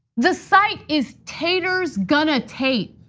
the site is taters gonna tate.